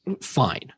fine